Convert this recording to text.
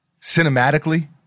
cinematically